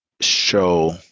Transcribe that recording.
show